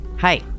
Hi